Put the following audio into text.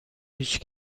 هیچ